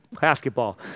basketball